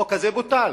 החוק הזה בוטל.